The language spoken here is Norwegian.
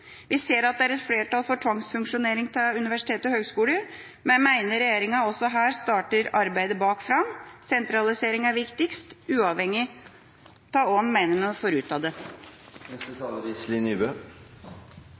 Vi ser at det er et flertall for tvangsfusjonering av universiteter og høgskoler, men mener regjeringa også her starter arbeidet bak fram: Sentralisering er viktigst, uavhengig av hva man mener man får ut av det.